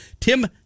Tim